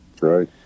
Right